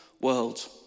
world